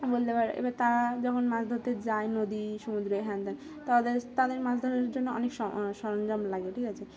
বলতে পারে এবার তারা যখন মাছ ধরতে যায় নদী সমুদ্রে হ্যানত্যান তাদের তাদের মাছ ধরার জন্য অনেক সরঞ্জাম লাগে ঠিক আছে